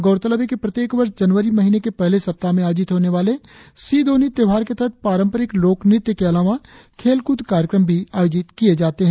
गौरतलब है कि प्रत्येक वर्ष जनवरी महीने के पहले सप्ताह में आयोजित होने वाले सी दोन्यी त्योहार के तहत पारंपरिक लोकनृत्य के अलावा खेलकूद कार्यक्रम भी आयोजित किए जाते हैं